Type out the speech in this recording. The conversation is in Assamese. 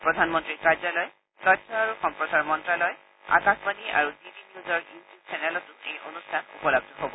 প্ৰধানমন্তীৰ কাৰ্যালয় তথ্য আৰু সম্প্ৰচাৰ মন্তালয় আকাশবাণী আৰু আৰু ডি ডি নিউজৰ ইউটিউব চেনেলতো এই অনুষ্ঠান উপলব্ধ হ'ব